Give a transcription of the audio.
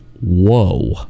whoa